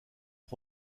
des